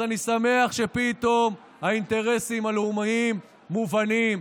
אז אני שמח שפתאום האינטרסים הלאומיים מובנים.